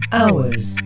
hours